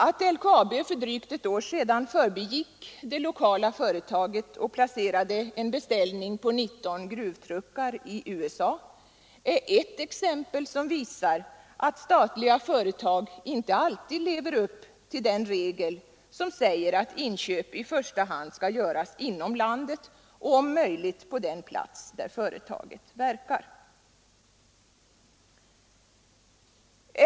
Att LKAB för drygt ett år sedan förbigick det lokala företaget och placerade en beställning på 19 gruvtruckar i USA är ett exempel som visar att statliga företag inte alltid lever upp till den regel som säger att inköp i första hand skall göras inom landet och om möjligt på den plats där företaget verkar.